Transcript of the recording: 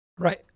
Right